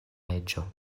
reĝo